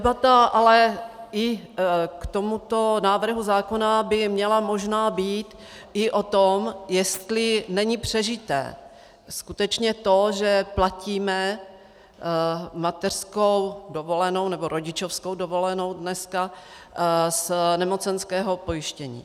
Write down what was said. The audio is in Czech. Debata ale i k tomuto návrhu zákona by měla možná být i o tom, jestli není přežité skutečně to, že platíme mateřskou dovolenou nebo rodičovskou dovolenou dneska z nemocenského pojištění.